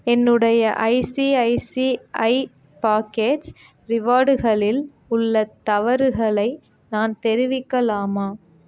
என்னுடைய ICICI pockets ரிவார்டுகளில் உள்ள தவறுகளை நான் தெரிவிக்கலாமா